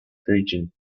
region